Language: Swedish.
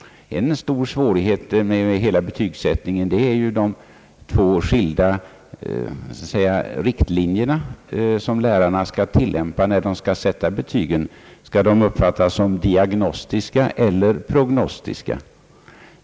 En stor svårighet med hela betygsättningen är de två skilda riktlinjer, som lärarna skall tillämpa när de skall sätta betygen. Skall betygen uppfattas som diagnostiska eller prognostiska?